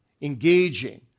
engaging